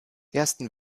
ersten